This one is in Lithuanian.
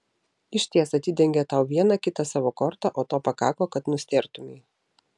išties atidengė tau vieną kitą savo kortą o to pakako kad nustėrtumei